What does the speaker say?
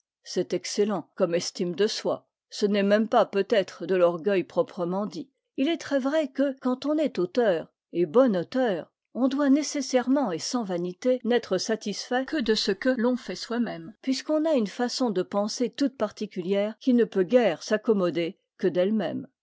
c'est excellent comme estime de soi ce n'est même pas peut-être de l'orgueil proprement dit il est très vrai que quand on est auteur et bon auteur on doit nécessairement et sans vanité n'être satisfait que de ce que l'on fait soi-même puisqu'on a une façon de penser toute particulière qui ne peut guère s'accommoder que d'elle-même